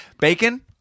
Bacon